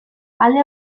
alde